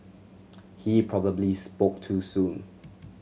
he probably spoke too soon